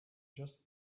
just